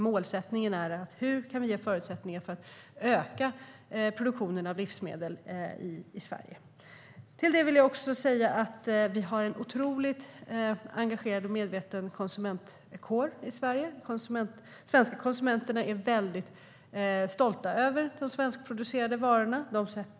Målsättningen är att ge förutsättningar för att öka produktionen av livsmedel i Sverige.Jag vill också säga att vi har en otroligt engagerad och medveten konsumentkår i Sverige. De svenska konsumenterna är väldigt stolta över de svenskproducerade varorna.